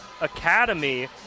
Academy